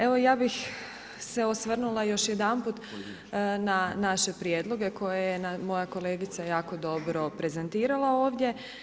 Evo ja bih se osvrnula još jedanput na naše prijedloge koje je moja kolegica jako dobro prezentirala ovdje.